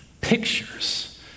pictures